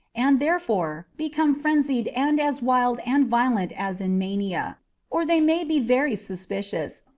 and, therefore, become frenzied and as wild and violent as in mania or they may be very suspicious,